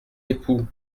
époux